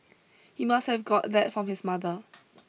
he must have got that from his mother